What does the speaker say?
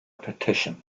petition